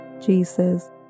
Jesus